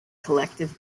collective